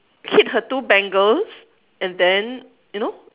hit her two bangles and then you know